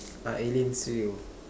are aliens real